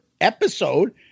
episode